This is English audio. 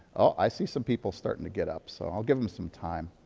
i see some people starting to get up so i'll give them some time.